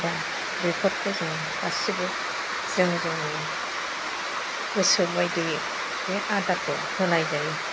दा बेफोरखौ जों गासिबो जों जोंनि गोसोबायदियै बे आदारखौ होनाय जायो